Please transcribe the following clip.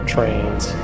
Trains